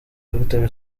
victory